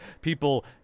people